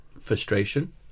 frustration